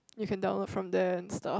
you can download from there and stuff